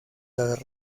las